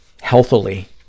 healthily